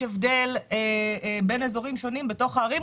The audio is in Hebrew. יש הבדל בין אזורים שונים בתוך הערים,